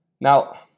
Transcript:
Now